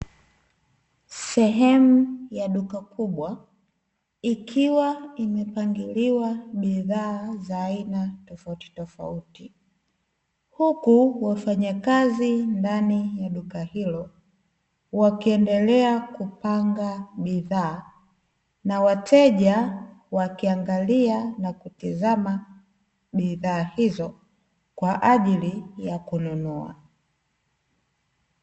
Sehemu ya duka kubwa ikiwa imepangiliwa bidhaa za aina tofautitofauti, huku wafanyakazi ndani ya duka hilo wakiendelea kupanga bidhaa na wateja wakiangalia na kutazama bidhaa hizo kwa ajili ya kununua.